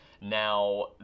Now